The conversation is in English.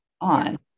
on